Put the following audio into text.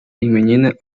imieniny